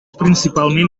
principalment